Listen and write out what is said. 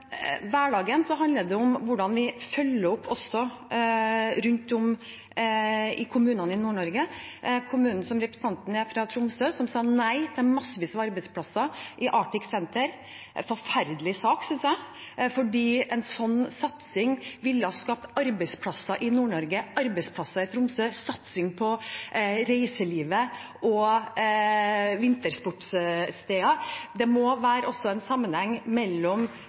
hverdagen handler det også om hvordan vi følger opp rundt om i kommunene i Nord-Norge. Kommunen som representanten er fra, Tromsø, sa nei til massevis av arbeidsplasser i Arctic Center – en forferdelig sak, synes jeg, fordi en sånn satsing ville ha skapt arbeidsplasser i Nord-Norge, arbeidsplasser i Tromsø, satsing på reiselivet og vintersportssteder. Det må også være en sammenheng mellom